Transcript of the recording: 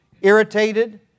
irritated